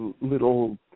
little